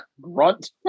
Grunt